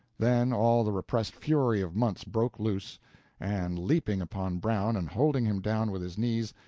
then all the repressed fury of months broke loose and, leaping upon brown and holding him down with his knees,